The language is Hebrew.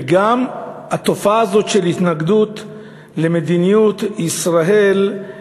וגם התופעה הזאת, של התנגדות למדיניות ישראל,